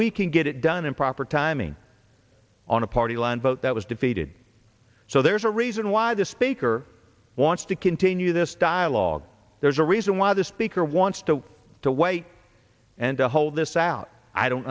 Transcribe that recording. we can get it done in proper timing on a party line vote that was defeated so there's a reason why the speaker wants to continue this dialogue there's a reason why the speaker wants to to wait and to hold this out i don't